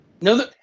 No